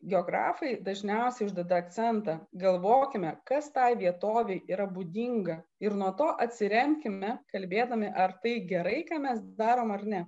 geografai dažniausiai uždeda akcentą galvokime kas tai vietovei yra būdinga ir nuo to atsiremkime kalbėdami ar tai gerai ką mes darom ar ne